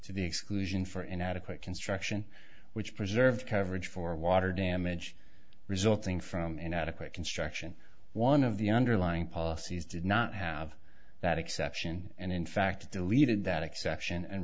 to the exclusion for inadequate construction which preserved coverage for water damage resulting from inadequate construction one of the underlying policies did not have that exception and in fact deleted that exception and